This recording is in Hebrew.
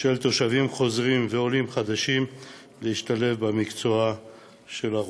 תושבים חוזרים ועולים חדשים במקצוע הרוקחות.